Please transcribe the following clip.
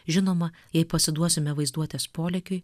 žinoma jei pasiduosime vaizduotės polėkiui